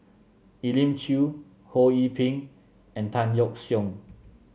Elim Chew Ho Yee Ping and Tan Yeok Seong